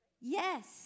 Yes